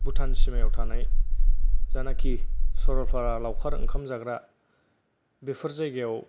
भुटान सिमायाव थानाय जानाकि सरलपारा लावखार ओंखाम जाग्रा बेफोर जायगायाव